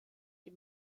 die